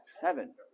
Heaven